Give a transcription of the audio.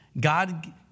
God